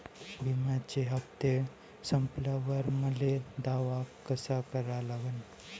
बिम्याचे हप्ते संपल्यावर मले दावा कसा करा लागन?